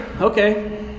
Okay